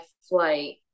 flight